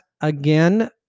Again